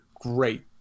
great